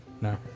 No